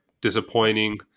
disappointing